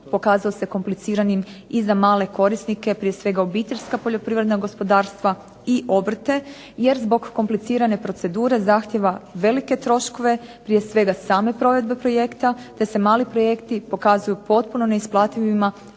pokazao se kompliciranim i za male korisnike, prije svega obiteljska poljoprivredna gospodarstva i obrte jer zbog komplicirane procedure zahtjeva velike troškove, prije svega same provedbe projekta te se mali projekti pokazuju potpuno neisplativima,